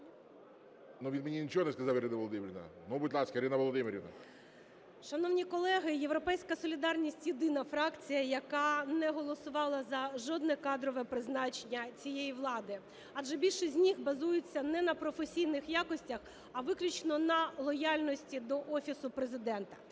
він мені нічого не сказав, Ірина Володимирівна. Ну, будь ласка, Ірина Володимирівна. 12:48:14 ГЕРАЩЕНКО І.В. Шановні колеги, "Європейська солідарність" єдина фракція, яка не голосувала за жодне кадрове призначення цієї влади. Адже більшість з них базується не на професійних якостях, а виключно на лояльності до Офісу Президента.